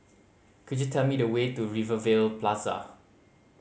could you tell me the way to Rivervale Plaza